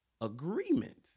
Agreement